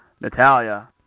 Natalia